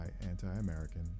anti-American